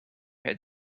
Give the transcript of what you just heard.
had